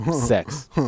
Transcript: Sex